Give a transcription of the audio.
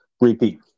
repeat